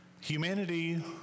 Humanity